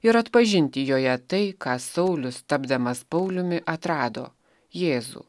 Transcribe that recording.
ir atpažinti joje tai ką saulius tapdamas pauliumi atrado jėzų